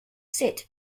sit